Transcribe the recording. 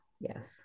yes